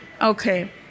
okay